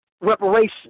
reparations